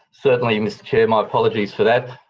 certainly, mr chair. my apologies for that.